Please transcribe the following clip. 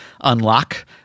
unlock